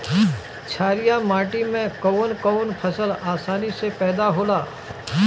छारिया माटी मे कवन कवन फसल आसानी से पैदा होला?